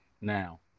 now